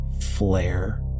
flare